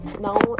now